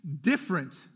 different